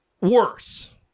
Worse